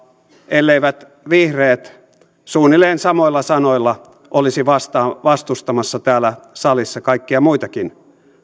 elleivät vihreät suunnilleen samoilla sanoilla olisi vastustamassa täällä salissa kaikkia muitakin